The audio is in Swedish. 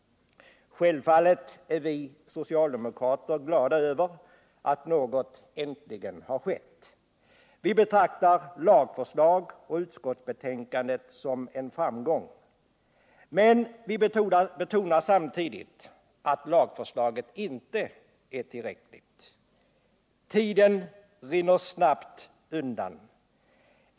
Självfallet är vi socialdemokrater glada över att något äntligen har skett. Vi betraktar lagförslaget och utskottsbetänkandet som en framgång. Men vi betonar samtidigt att lagförslaget inte är tillräckligt. Tiden rinner snabbt undan.